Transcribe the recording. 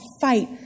fight